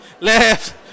left